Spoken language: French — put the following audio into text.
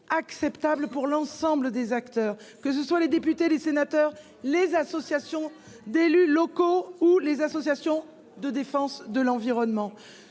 acceptable pour l'ensemble des acteurs- députés, sénateurs, associations d'élus locaux ou associations de défense de l'environnement